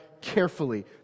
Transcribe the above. carefully